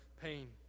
pain